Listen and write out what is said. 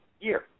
year